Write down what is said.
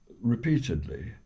repeatedly